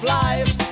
life